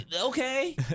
Okay